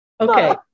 Okay